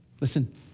Listen